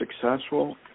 successful